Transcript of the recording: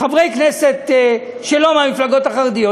חברי כנסת שלא מהמפלגות החרדיות,